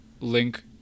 link